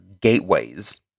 gateways